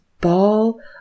ball